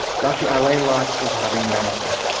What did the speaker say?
dr. alain locke was having none of that